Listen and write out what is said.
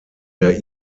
der